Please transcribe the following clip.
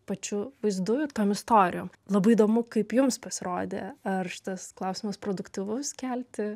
pačiu vaizdu tom istorijom labai įdomu kaip jums pasirodė ar šitas klausimas produktyvus kelti